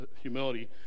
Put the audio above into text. humility